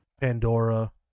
Pandora